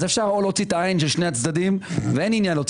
אז אפשר או להוציא את העין של שני הצדדים ואין עניין להוציא